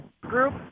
group